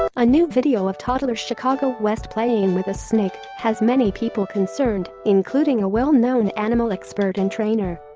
ah a new video of toddler chicago west playing with a snake has many people concerned, including a well-known animal expert and trainer